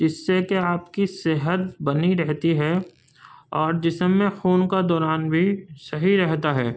جس سے کہ آپ کی صحت بنی رہتی ہے اور جسم میں خون کا دوران بھی صحیح رہتا ہے